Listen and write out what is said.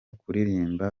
kuririmba